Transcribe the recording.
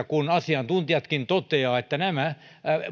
kun asiantuntijatkin toteavat että nämä